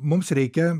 mums reikia